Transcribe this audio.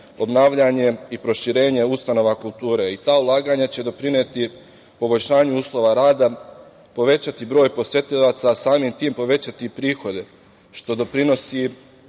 obnavljanjem i proširenje ustanova kulture i ta ulaganja će doprineti poboljšanju uslova rada, povećati broj posetilaca, a samim tim povećati prihode, što doprinosi